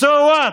So what?